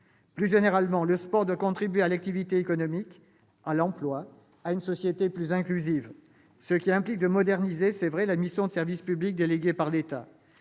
Plus généralement, le sport doit contribuer à l'activité économique, à l'emploi, à une société plus inclusive, ce qui implique de moderniser la mission de service public déléguée par l'État.